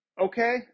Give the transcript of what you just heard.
Okay